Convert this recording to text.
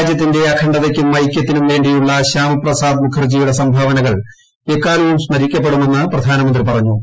രാജ്യത്തിന്റെ അഖ്ണ്ഡതയ്ക്കും ഐക്യത്തിനും വേണ്ടിയുള്ള ശ്യാമപ്രസാദ്ദ് മുഖർജിയുടെ സംഭാവനകൾ എക്കാലവും സ്മരിക്കപ്പെടുമെന്ന് പ്രധാനമന്ത്രി പറഞ്ഞു